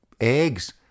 eggs